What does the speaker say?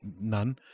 None